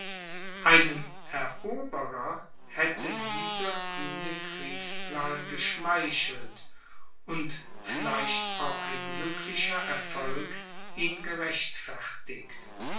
einem eroberer hätte dieser kühne kriegsplan geschmeichelt und vielleicht auch ein glücklicher erfolg ihn gerechtfertigt